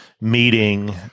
meeting